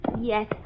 Yes